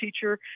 teacher